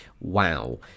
wow